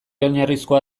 oinarrizkoa